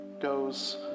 goes